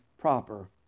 proper